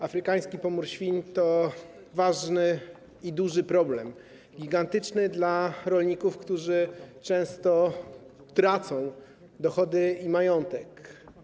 Afrykański pomór świń to ważny i duży problem, gigantyczny dla rolników, którzy często tracą dochody i majątek.